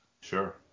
Sure